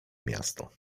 miasto